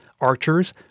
archers